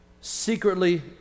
secretly